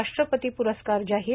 राष्ट्रपती पुरस्कार जाहीर